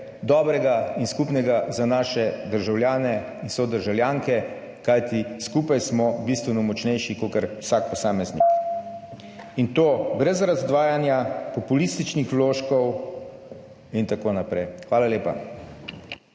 dobrega in skupnega za naše državljane in sodržavljanke, kajti skupaj smo bistveno močnejši kakor vsak posameznik, in to brez razdvajanja, populističnih vložkov in tako naprej. Hvala lepa.